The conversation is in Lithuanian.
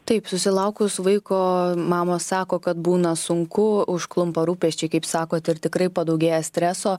taip susilaukus vaiko mamos sako kad būna sunku užklumpa rūpesčiai kaip sakot ir tikrai padaugėja streso